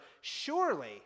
surely